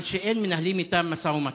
על שאין מנהלים איתם משא ומתן.